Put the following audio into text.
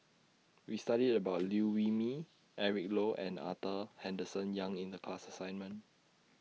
We studied about Liew Wee Mee Eric Low and Arthur Henderson Young in The class assignment